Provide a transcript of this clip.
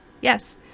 Yes